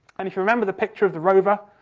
and if you remember the picture of the rover